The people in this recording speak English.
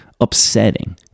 upsetting